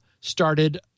started